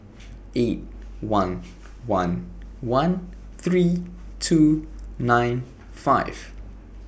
eight one one one three two nine five